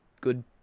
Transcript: good